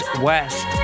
West